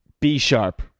B-sharp